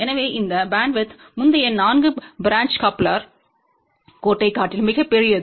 எனவே இந்த பேண்ட்வித் முந்தைய 4 பிரான்ச்க் கப்ளர் கோட்டைக் காட்டிலும் மிகப் பெரியது